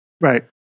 Right